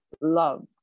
love